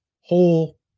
whole